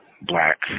black